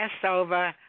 Passover